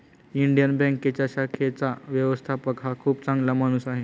Indian बँकेच्या शाखेचा व्यवस्थापक हा खूप चांगला माणूस आहे